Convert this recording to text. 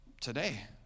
today